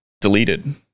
deleted